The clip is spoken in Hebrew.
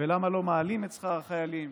ולמה לא מעלים את שכר החיילים